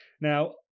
Now